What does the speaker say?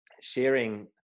sharing